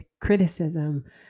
criticism